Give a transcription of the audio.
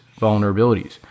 vulnerabilities